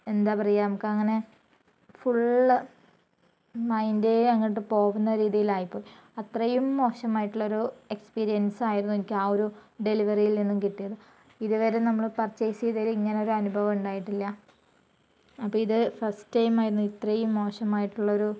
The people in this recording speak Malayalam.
എന്താ പറയുക നമുക്കങ്ങനെ ഫുള്ള് മൈൻ്റേ അങ്ങോട്ട് പോകുന്ന രീതിയിലായിപ്പോയി അത്രയും മോശമായിട്ടുള്ള ഒരു എക്സ്പീരിയൻസ് ആയിരുന്നു എനിക്ക് ആ ഒരു ഡെലിവറിയിൽ നിന്ന് കിട്ടിയത് ഇതുവരെ നമ്മൾ പർച്ചേസ് ചെയ്തതിൽ ഇങ്ങനെ ഒരനുഭവം ഉണ്ടായിട്ടില്ല അപ്പോൾ ഇത് ഫസ്റ്റ് ടൈമായിരുന്നു ഇത്രയും മോശമായിട്ടുള്ളൊരു